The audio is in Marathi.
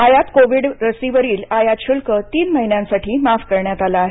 आयात कोविड लसी वरील आयात शुल्क तीन महिन्यांसाठी माफ करण्यात आले आहे